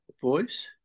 voice